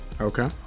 Okay